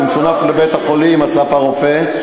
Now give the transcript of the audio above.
הוא מסונף לבית-החולים "אסף הרופא",